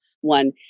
one